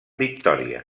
victòria